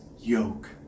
yoke